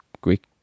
Greek